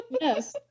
Yes